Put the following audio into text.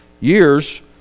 years